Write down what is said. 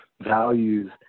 values